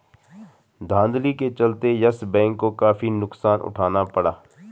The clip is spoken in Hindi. धांधली के चलते यस बैंक को काफी नुकसान उठाना पड़ा